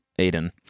Aiden